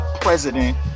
president